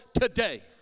today